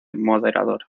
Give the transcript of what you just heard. moderador